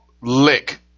Lick